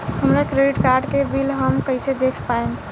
हमरा credit card के bill हम कइसे देख पाएम?